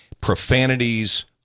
profanities